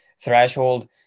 threshold